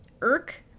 irk